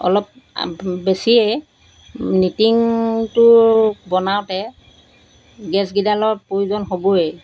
অলপ বেছিয়েই নিটিঙটো বনাওঁতে গেজকেইডালৰ প্ৰয়োজন হ'বই